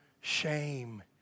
shame